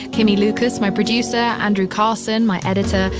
kimmie lucas, my producer, andrew carson, my editor,